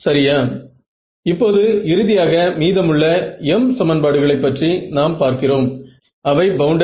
நான் வெவ்வேறு விடைகளை பெறுவேன்